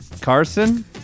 Carson